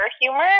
humor